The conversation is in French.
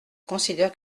considère